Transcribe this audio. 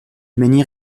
menhir